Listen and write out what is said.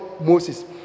Moses